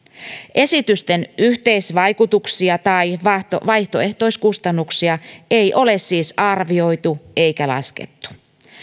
esitysten yhteisvaikutuksia tai vaihtoehtoiskustannuksia ei ole siis arvioitu eikä laskettu